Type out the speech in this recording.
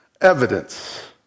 evidence